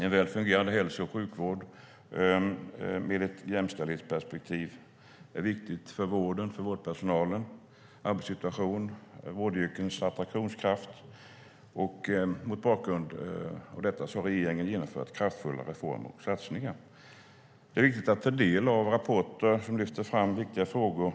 En väl fungerande hälso och sjukvård med ett jämställdhetsperspektiv är viktigt för vården, för vårdpersonalens arbetssituation och för vårdyrkenas attraktionskraft. Mot bakgrund av detta har regeringen genomfört kraftfulla reformer och satsningar. Det är viktigt att ta del av rapporter som lyfter fram viktiga frågor.